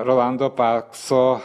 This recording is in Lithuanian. rolando pakso